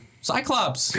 Cyclops